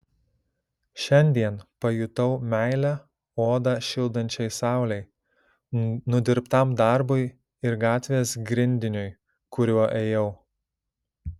šiandien pajutau meilę odą šildančiai saulei nudirbtam darbui ir gatvės grindiniui kuriuo ėjau